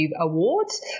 awards